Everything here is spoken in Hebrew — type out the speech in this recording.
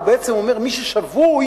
הוא בעצם אומר: מי ששבוי,